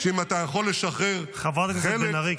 שאם אתה יכול לשחרר חלק -- חברת הכנסת בן ארי,